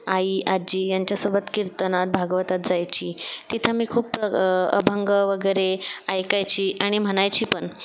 आई आजी यांच्यासोबत कीर्तनात भागवतात जायची तिथं मी खूप अभंग वगैरे ऐकायची आणि म्हणायची पण